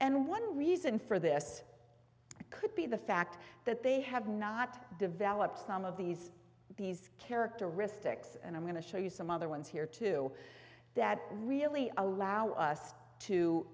and one reason for this could be the fact that they have not developed some of these these characteristics and i'm going to show you some other ones here too that really allow us to